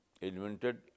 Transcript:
invented